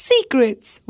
Secrets